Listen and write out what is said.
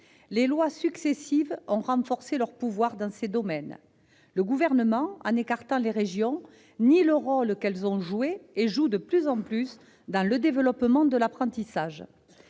Les lois successives ont renforcé leurs pouvoirs dans ces domaines. Le Gouvernement, en écartant les régions, nie le rôle qu'elles ont joué et jouent de plus en plus dans le développement de l'apprentissage.